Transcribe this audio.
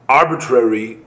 arbitrary